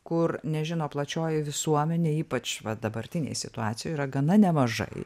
kur nežino plačioji visuomenė ypač va dabartinėj situacijoj yra gana nemažai